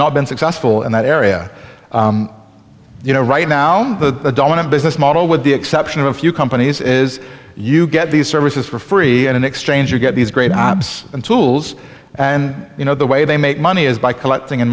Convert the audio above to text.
not been successful in that area you know right now the dominant business model with the exception of a few companies is you get these services for free and in exchange you get these great and tools and you know the way they make money is by collecting